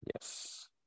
Yes